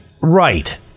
right